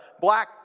black